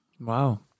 Wow